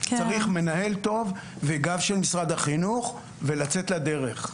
צריך מנהל טוב, וגב של משרד החינוך, ולצאת לדרך.